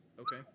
Okay